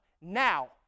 now